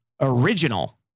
original